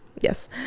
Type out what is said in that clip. Yes